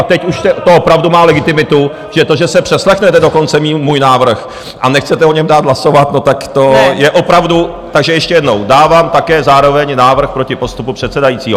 A teď už to opravdu má legitimitu že to, že přeslechnete dokonce můj návrh a nechcete o něm dát hlasovat, tak to je opravdu takže ještě jednou, dávám také zároveň návrh proti postupu předsedajícího.